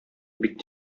бик